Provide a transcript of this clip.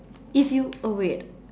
if you oh wait